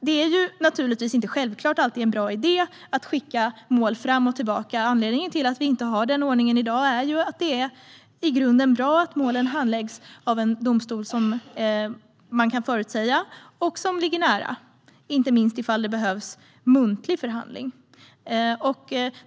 Det är naturligtvis inte alltid självklart en bra idé att skicka mål fram och tillbaka. Anledningen till att vi inte har denna ordning i dag är att det i grunden är bra att målen handläggs av en domstol som man kan förutsäga och som ligger nära, inte minst ifall muntlig förhandling behövs.